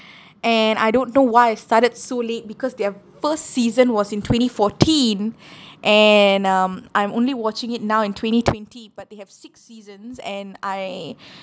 and I don't know why I started so late because their first season was in twenty fourteen and um I'm only watching it now in twenty twenty but they have six seasons and I